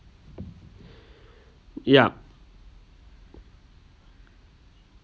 yup